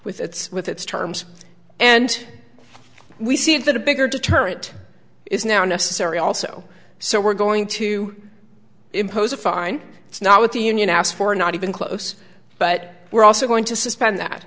with its with its terms and we see it that a bigger deterrent is now necessary also so we're going to impose a fine it's not what the union asked for not even close but we're also going to suspend that